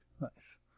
nice